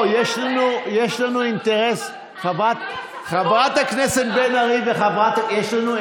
בפרט, חברת הכנסת בן ארי, תקשיבי לי,